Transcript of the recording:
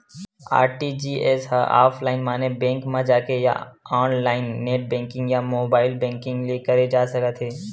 RTGS ह offline माने bank म जाके या ऑनलाईन नेट बेंकिंग या मोबाईल बेंकिंग ले करे जा सकत हे